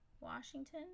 Washington